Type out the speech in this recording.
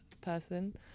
person